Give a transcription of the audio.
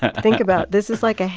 and think about this is, like, ah